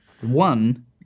One